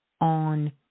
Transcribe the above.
on